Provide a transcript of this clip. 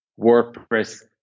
WordPress